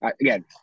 Again